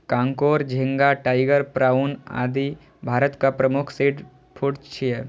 कांकोर, झींगा, tiger prawn, आदि भारतक प्रमुख सीफूड छियै